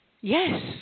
Yes